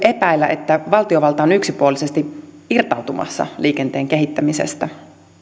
epäillä että valtiovalta on yksipuolisesti irtautumassa liikenteen kehittämisestä